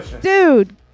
Dude